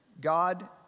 God